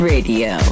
Radio